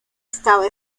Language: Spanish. estaba